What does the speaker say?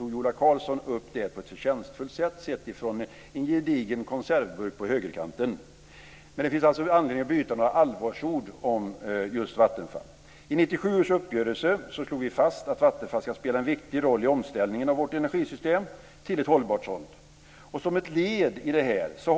Ola Karlsson tog på ett förtjänstfullt sätt, sett från en gedigen konservburk på högerkanten, upp statligt ägda Vattenfalls roll, nu och i framtiden. Men det finns anledning att byta några allvarsord just om I 1997 års uppgörelse slog vi fast att Vattenfall ska spela en viktig roll i omställningen av vårt energisystem till ett hållbart sådant. Vattenfall